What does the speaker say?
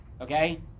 Okay